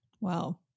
Wow